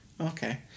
okay